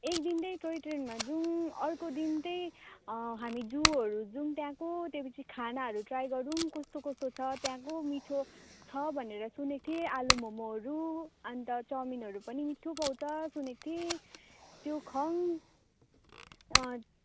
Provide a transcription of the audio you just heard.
एक दिन त्यही टोय ट्रेनमा जाउँ अर्को दिन त्यही हामी जुहरू जाउँ त्यहाँको त्योपछि खानाहरू ट्राई गरौँ कस्तो कस्तो छ त्यहाँको मिठो छ भनेर सुनेको थिएँ आलु मोमोहरू अन्त चाउमिनहरू पनि मिठो पाउँछ सुनेको थिएँ त्यो खाउँ